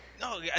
No